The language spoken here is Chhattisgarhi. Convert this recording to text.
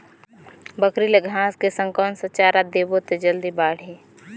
बकरी ल घांस के संग कौन चारा देबो त जल्दी बढाही?